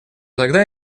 тогда